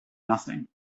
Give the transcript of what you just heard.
nothing